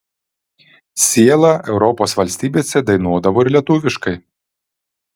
siela europos valstybėse dainuodavo ir lietuviškai